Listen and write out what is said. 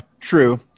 True